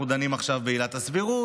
אנחנו דנים עכשיו בעילת הסבירות,